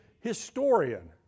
historian